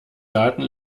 daten